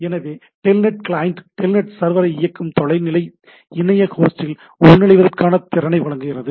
எனவே telnet client telnet சர்வரை இயக்கும் தொலைநிலை இணைய ஹோஸ்டில் உள்நுழைவதற்கான திறனை வழங்குகிறது